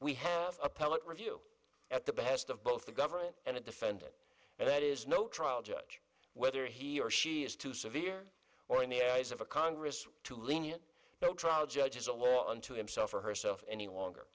we have appellate review at the behest of both the government and the defendant and that is no trial judge whether he or she is too severe or in the eyes of a congress too lenient the trial judges a law unto himself or herself any longer